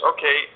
Okay